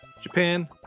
Japan